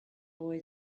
boy